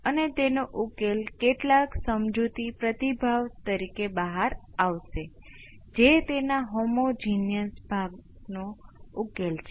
અને આનો ઉપયોગ કરીને કેટલાક કારણો તમે જોશો કે કોઈપણ ઇનપુટને એક્સપોનેનશીયલના સરવાળા અથવા પાસાઓના વિવિધ મૂલ્યો સાથેના એક્સપોનેનશીયલના સંકલનના કોઈપણ ભાગમાં વિઘટિત કરી શકાય છે